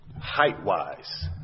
Height-wise